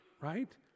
Right